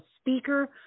speaker